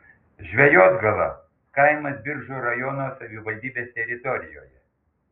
žvejotgala kaimas biržų rajono savivaldybės teritorijoje